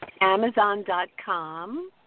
amazon.com